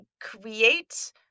create